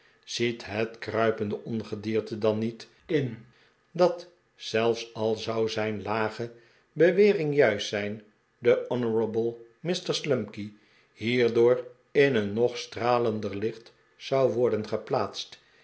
ziet het kruipende ongedierte dan niet in dat zelfs al zou zijn lage bewering juist zijn de honourable mr slumkey hierdoor in een nog stralender licht zou worden geplaatst